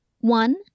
One